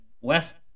west